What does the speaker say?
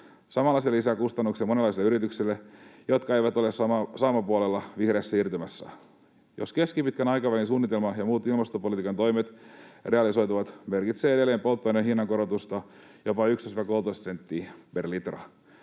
Samalla se lisää kustannuksia monenlaisille yrityksille, jotka eivät ole saamapuolella vihreässä siirtymässä. Jos keskipitkän aikavälin suunnitelma ja muut ilmastopolitiikan toimet realisoituvat, se merkitsee edelleen polttoaineen hinnankorotusta jopa 11—13 senttiä per litra.